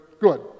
good